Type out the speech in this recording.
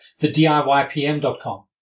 thediypm.com